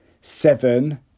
Seven